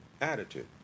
attitude